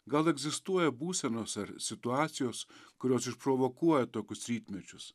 gal egzistuoja būsenos ar situacijos kurios išprovokuoja tokius rytmečius